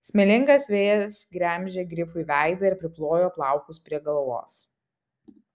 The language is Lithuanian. smėlingas vėjas gremžė grifui veidą ir priplojo plaukus prie galvos